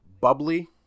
Bubbly